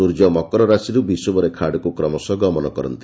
ସୂର୍ଯ୍ୟ ମକର ରାଶିରୁ ବିଷୁବ ରେଖା ଆଡ଼କୁ କ୍ରମଶ ଗମନ କରନ୍ତି